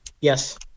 Yes